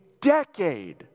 decade